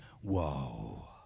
Whoa